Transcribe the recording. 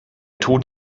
tod